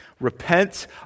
Repent